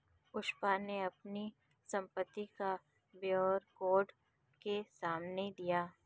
पुष्पा ने अपनी संपत्ति का ब्यौरा कोर्ट के सामने दिया